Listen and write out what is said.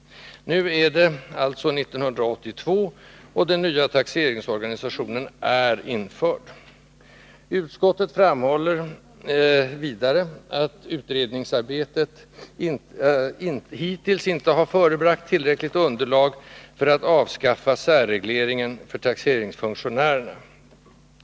Nu är det alltså 1982, och den nya taxeringsorganisationen är införd. Utskottet framhåller vidare att utredningsarbetet hittills inte har förebragt tillräckligt underlag för att avskaffa särregleringen för taxeringsfunktionärerna.